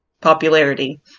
popularity